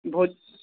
भो